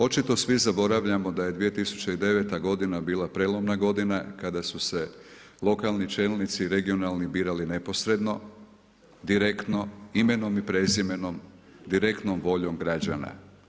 Očito svi zaboravljamo da je 2009. godina bila prelomna godina kada su se lokalni čelnici, regionalni birali neposredno direktno imenom i prezimenom direktnom voljom građana.